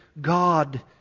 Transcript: God